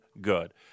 good